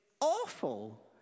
awful